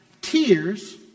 Tears